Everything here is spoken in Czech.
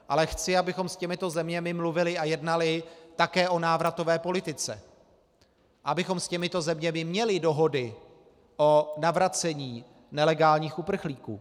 Ale chci, abychom s těmito zeměmi mluvili a jednali také o návratové politice, abychom s těmito zeměmi měli dohody o navracení nelegálních uprchlíků.